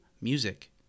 Music